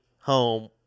home